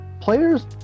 players